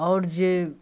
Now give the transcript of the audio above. आओर जे